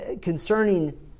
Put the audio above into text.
concerning